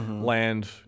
land